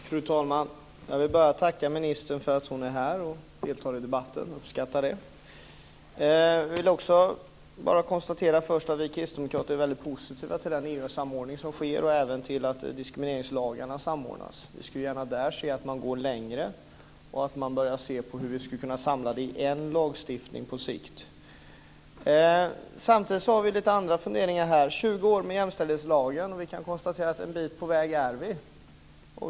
Fru talman! Jag vill tacka ministern för att hon är här och deltar i debatten. Jag uppskattar det. Jag vill först bara konstatera att vi kristdemokrater är positiva till den EU-samordning som sker och även till att diskrimineringslagarna samordnas. Vi skulle gärna se att man går längre och att man börjar se på hur vi på sikt skulle kunna samla det i en lagstiftning. Samtidigt har kristdemokraterna lite andra funderingar. I 20 år har vi haft jämställdhetslagen, och vi kan konstatera att en bit på väg är vi.